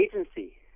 agency